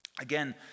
Again